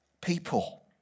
people